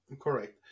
Correct